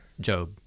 Job